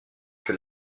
que